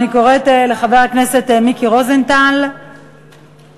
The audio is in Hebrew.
אני קוראת לחבר הכנסת מיקי רוזנטל בנושא: